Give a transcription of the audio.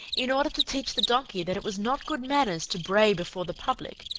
in order to teach the donkey that it was not good manners to bray before the public,